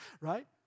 right